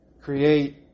create